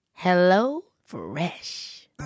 HelloFresh